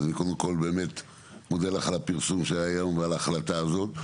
קודם כל אני מודה לך באמת על הפרסום של היום ועל ההחלטה הזאת.